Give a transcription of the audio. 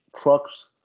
trucks